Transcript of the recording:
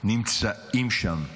נמצאים שם.